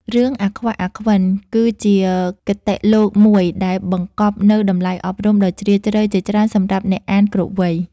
រឿង «អាខ្វាក់ អាខ្វិន» គឺជាគតិលោកមួយដែលបង្កប់នូវតម្លៃអប់រំដ៏ជ្រាលជ្រៅជាច្រើនសម្រាប់អ្នកអានគ្រប់វ័យ។